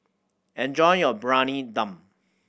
enjoy your Briyani Dum